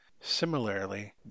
Similarly